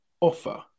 offer